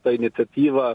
ta iniciatyva